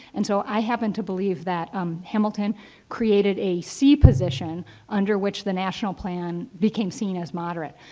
and so, i happen to believe that um hamilton created a c position under which the national plan became seen as moderate.